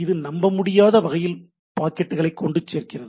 இது நம்பமுடியாத வகையில் பாக்கெட்டை கொண்டுசேர்க்கிறது